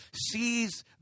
sees